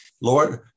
Lord